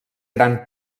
gran